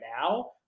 now